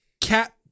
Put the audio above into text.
cat